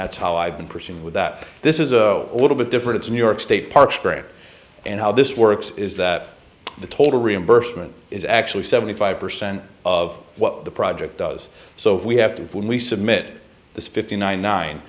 that's how i've been presented with that this is a little bit different it's a new york state parks grant and how this works is that the total reimbursement is actually seventy five percent of what the project does so if we have to when we submit the fifty nine nine